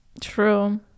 True